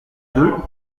deux